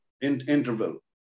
interval